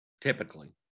Typically